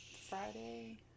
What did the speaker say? Friday